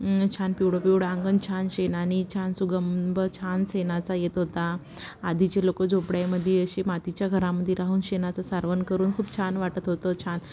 छान पिवळं पिवळं अंगण छान शेणानी छान सुगंधछान शेणाचा येत होता आधीचे लोकं झोपड्यामध्ये अशीे मातीच्या घरामध्ये राहून शेणाचं सारवण करून खूप छान वाटत होतं छान